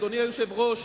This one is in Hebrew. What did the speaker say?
אדוני היושב-ראש,